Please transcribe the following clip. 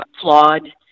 flawed